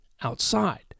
outside